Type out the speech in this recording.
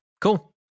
cool